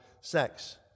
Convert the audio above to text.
sex